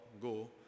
go